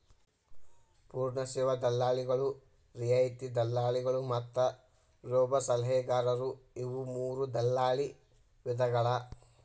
ಪೂರ್ಣ ಸೇವಾ ದಲ್ಲಾಳಿಗಳು, ರಿಯಾಯಿತಿ ದಲ್ಲಾಳಿಗಳು ಮತ್ತ ರೋಬೋಸಲಹೆಗಾರರು ಇವು ಮೂರೂ ದಲ್ಲಾಳಿ ವಿಧಗಳ